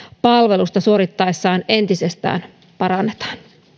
palvelusta suorittaessaan entisestään parannetaan